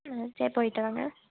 ஆ சரி போயிவிட்டு வாங்க